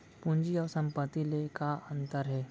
पूंजी अऊ संपत्ति ले का अंतर हे?